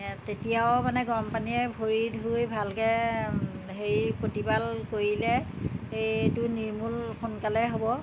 তেতিয়াও মানে গৰম পানীয়ে ভৰি ধুই ভালকৈ হেৰি প্ৰতিপাল কৰিলে এইটো নিৰ্মূল সোনকালেই হ'ব